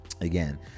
Again